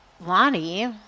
Lonnie